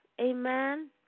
Amen